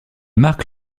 marque